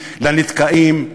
לנדכאים,